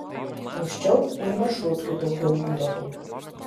anksčiau ir maršrutkių daugiau būdavo